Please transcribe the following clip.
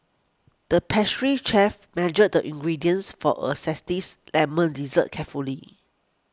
the pastry chef measured the ingredients for a zesty Lemon Dessert carefully